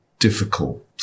difficult